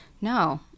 No